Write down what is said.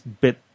bit